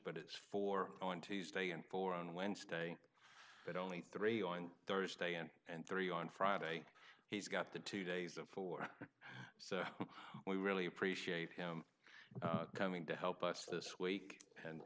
but it's four on tuesday and four on wednesday but only three on thursday and and three on friday he's got the two days before so we really appreciate him coming to help us this week and